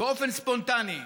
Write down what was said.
באופן ספונטני.